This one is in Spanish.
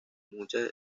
mucha